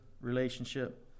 relationship